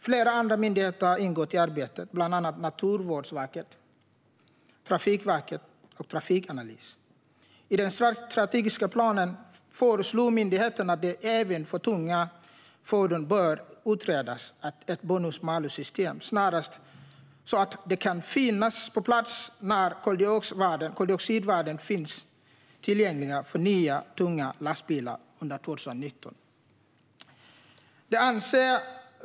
Flera andra myndigheter har ingått i arbetet, bland annat Naturvårdsverket, Trafikverket och Trafikanalys. I den strategiska planen föreslår myndigheterna att ett bonus-malus-system även för tunga fordon bör utredas snarast, så att det kan finnas på plats när koldioxidvärden finns tillgängliga för nya tunga lastbilar under 2019.